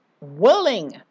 willing